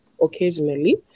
occasionally